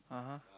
(uh huh)